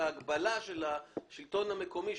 אז ההגבלה של השלטון המקומי,